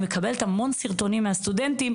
אני מקבלת המון סרטונים מן הסטודנטים,